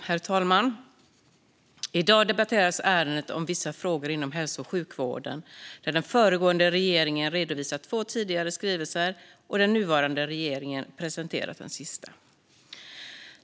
Herr talman! I dag debatteras betänkandet Vissa frågor inom hälso och sjukvårdsområdet . Den föregående regeringen redovisade två skrivelser i ämnet, och den nuvarande regeringen har presenterat den sista.